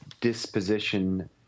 disposition